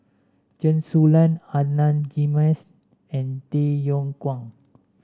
Chen Su Lan Adan Jimenez and Tay Yong Kwang